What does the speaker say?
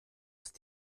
ist